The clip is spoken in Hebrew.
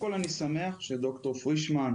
אני מאוד שמח שד"ר פרישמן,